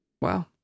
Wow